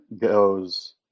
goes